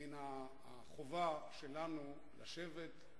מן החובה שלנו לשבת,